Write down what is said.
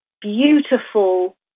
beautiful